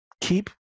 keep